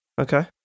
Okay